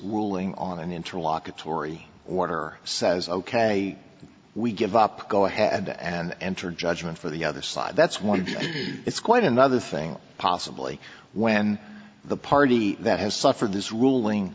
ruling on an interlocutory order says ok we give up go ahead and enter judgment for the other side that's one it's quite another thing possibly when the party that has suffered this ruling